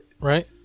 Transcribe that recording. right